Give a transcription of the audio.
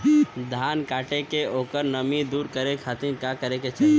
धान कांटेके ओकर नमी दूर करे खाती का करे के चाही?